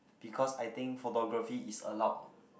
because I think photography is allowed